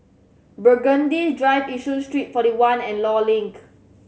Burgundy Drive Yishun Street Forty One and Law Link